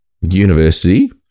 university